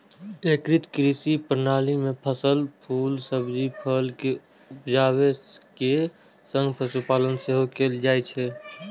एकीकृत कृषि प्रणाली मे फसल, फूल, सब्जी, फल के उपजाबै के संग पशुपालन सेहो कैल जाइ छै